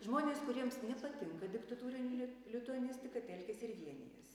žmonės kuriems nepatinka diktatūri lit lituanistika telkiasi ir vienijasi